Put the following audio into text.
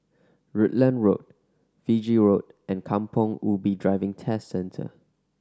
Rutland Road Fiji Road and Kampong Ubi Driving Test Centre